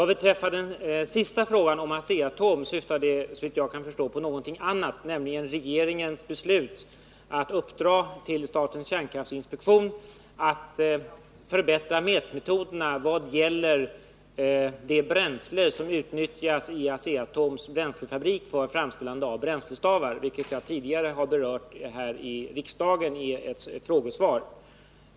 Den sista frågan, om Asea-Atom, syftar såvitt jag kan förstå på någonting annat, nämligen regeringens beslut att uppdra åt statens kärnkraftinspektion att förbättra mätmetoderna vad gäller det bränsle som utnyttjas i Asea-Atoms bränslefabrik för framställande av bränslestavar, vilket jag tidigare har berört här i riksdagen i ett frågesvar.